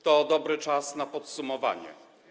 To dobry czas na podsumowanie.